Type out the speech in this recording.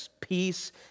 peace